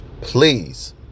please